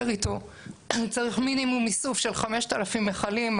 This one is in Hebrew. איתו צריך מינימום איסוף של 5,000 מכלים.